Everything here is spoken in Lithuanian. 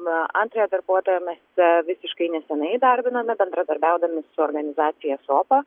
na antrąją darbuotoją mes visiškai nesenai įdarbinome bendradarbiaudami su organizacija sopa